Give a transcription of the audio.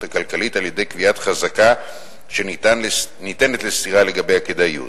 הכלכלית על-ידי קביעת חזקה שניתנת לסתירה לגבי הכדאיות.